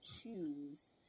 choose